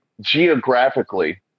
geographically